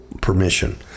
permission